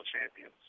champions